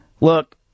look